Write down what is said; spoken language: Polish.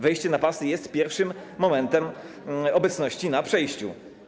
Wejście na pasy jest pierwszym momentem obecności na przejściu.